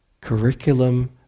curriculum